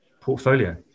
portfolio